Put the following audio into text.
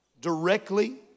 directly